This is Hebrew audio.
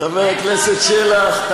חבר הכנסת שלח,